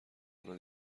حالا